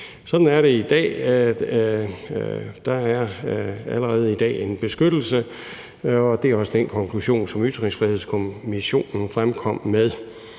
Sådan er det i dag. Der er allerede i dag en beskyttelse, og det er også den konklusion, som Ytringsfrihedskommissionen fremkom med.